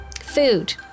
Food